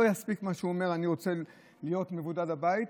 לא יספיק מה שהוא אומר: אני רוצה להיות מבודד בבית.